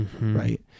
Right